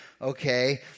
okay